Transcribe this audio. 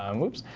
um whoops.